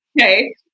Okay